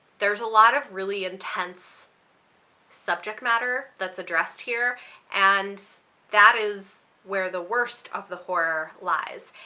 there's a lot of really intense subject matter that's addressed here and that is where the worst of the horror lies.